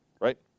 right